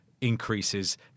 increases